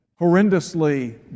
horrendously